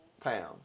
pounds